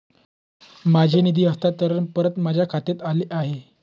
माझे निधी हस्तांतरण परत माझ्या खात्यात आले आहे